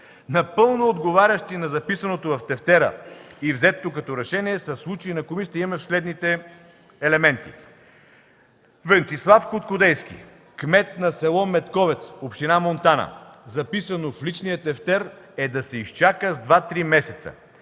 Напълно отговарящи на записаното в тефтера и взетото като решение на комисията са следните случаи: - Венцислав Куткудейски – кмет на с. Медковец, община Монтана. Записано в личния тефтер е „да се изчака с 2-3 месеца,